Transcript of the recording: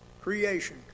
creation